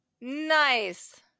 Nice